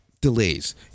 Delays